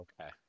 Okay